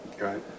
Right